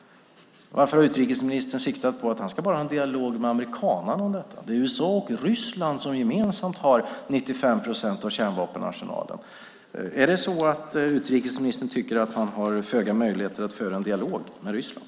Varför har utrikesministern siktat på att bara ha en dialog med amerikanerna om detta? Det är ju USA och Ryssland som gemensamt har 95 procent av kärnvapenarsenalen. Tycker utrikesministern att han har föga möjligheter att föra en dialog med Ryssland?